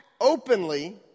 openly